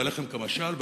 הלחם כמשל,